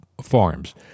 farms